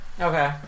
Okay